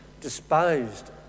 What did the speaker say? despised